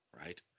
right